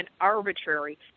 arbitrary